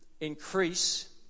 increase